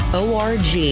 org